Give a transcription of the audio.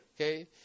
okay